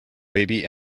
baby